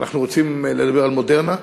כשאנחנו רוצים לדבר על מודרנה,